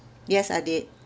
yes I did